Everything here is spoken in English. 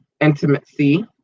intimacy